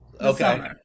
Okay